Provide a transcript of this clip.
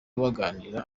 baganira